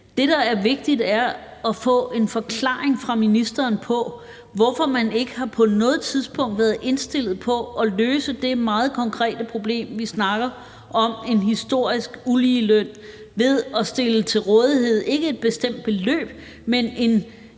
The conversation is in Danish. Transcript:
Det, der er vigtigt, er at få en forklaring fra ministeren på, hvorfor man ikke på noget tidspunkt har været indstillet på at løse det meget konkrete problem – vi snakker om en historisk uligeløn – ved at stille ikke et bestemt beløb til